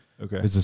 Okay